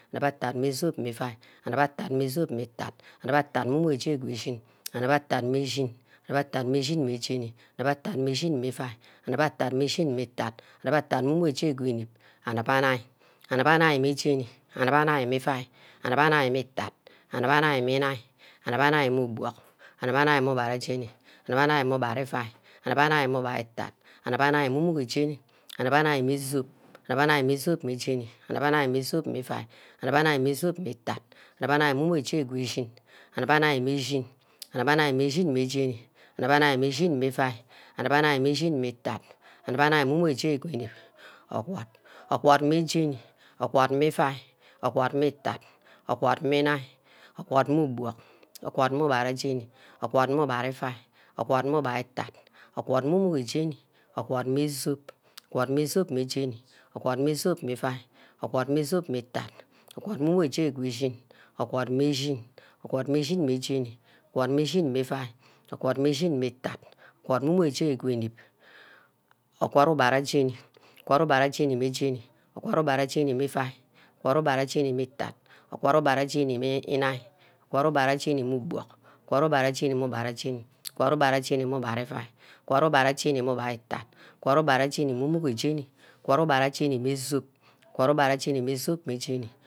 Ami meh otta meh zup mmeh iuai, anip attat mmeh zup meh itat, anip attat mmeh umugo jeni mmeh shin, anip attat mmeh shin, anip attat mmeh shin meh jeni, anip attat mmeh shin meh iuai, anip attat mmeh shin meh itat, anip attat mmeh umugo jeni meh jeni, anip anine, anip anine mmeh jeni, anip anine mmeh iuai, anip anine mmeh itat, anip anine mmeh inai, anip anine mmeh ubuck, anip anine mmeh ubatara jeni, anip anine mmeh ubara iuai, anip anine mmeh ubara itat, anip anine mmeh umugo jeni, anip anine mmeh zup, anip anine mmeh zup meh jeni, anip anine mmeh zup meh iuai, anip anine mmeh zup mmeh itat, anip anine mmeh unugi zup mmeh jeni, anip anine mmeh shin, anip anine shin meh jeni, anip anine mmeh shin mmeh iuai, anip anine mmeh shin meh itat, anip anine mmeh umugo shin ge orgwad, orgwad meh jeni, orgwad meh iuai, orgwad meh itat, orgwad meh inine, orgwad meh ubuck, orgwad mmeh ubara jeni, orgwad mmeh ubara iuai, orgwad mmeh ubara itat, orgwad mmeh umugo jeni, orgwad mmeh zup, orgwad mmeh zup meh jeni, orgwad mmeh zup mmeh iuai, orgwad mmeh zup meh itat, orgwad mmeh umugo zup mmeh jeni, ogward mmeh shin, orgwad mmeh shin meh jeni, ogward mmeh shin mmeh iuai, ogward mmeh shin mmeh itat, ogwad mmeh umugo jeni ge inip, ogward ubara jeni mmeh iuai, ogwad ubara jeni, ogwad ubara jeni meh ubuck, ogwad ubara jeni mmeh ubara jeni, ogwad mmeh ubara jeni mmeh ubara iuai, ogwad mmeh ubara jeni meh ubara itat, ogwad ubara jeni mmeh umugo jeni, ogwad ubara jeni meh zup.